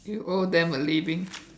you owe them a living